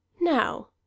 Now